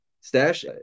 Stash